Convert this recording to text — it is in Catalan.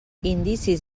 indicis